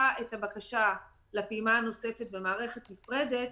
את הבקשה לפעימה הנוספת במערכת נפרדת,